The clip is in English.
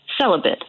celibate